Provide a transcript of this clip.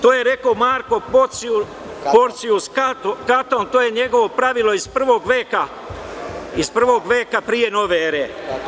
To je rekao Marko Porcius Katon, to je njegovo pravilo iz prvog veka pre nove ere.